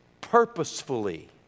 purposefully